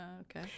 okay